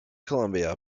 columbia